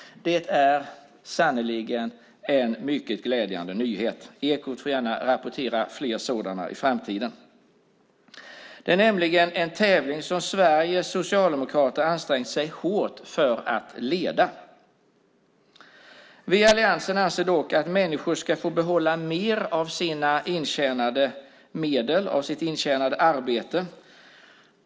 Det är sannerligen en mycket glädjande nyhet. Ekot får gärna rapportera fler sådana i framtiden. Det är nämligen en tävling som Sveriges socialdemokrater ansträngt sig hårt för att vinna. Vi i alliansen anser dock att människor ska få behålla mer av sina intjänade medel, mer av vad de intjänat av sitt arbete.